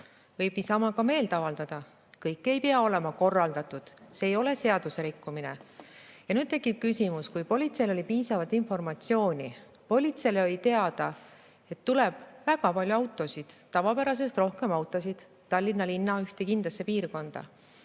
võib niisama ka meelt avaldada. Kõik ei pea olema korraldatud, see ei ole seaduserikkumine. Ja nüüd tekib küsimus, kui politseil oli piisavalt informatsiooni, politseile oli teada, et tuleb väga palju autosid, tavapärasest rohkem autosid Tallinna linna ühte kindlasse piirkonda,